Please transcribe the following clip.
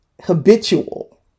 habitual